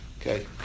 Okay